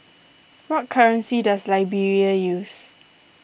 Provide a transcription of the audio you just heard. what currency does Liberia use